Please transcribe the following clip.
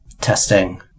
testing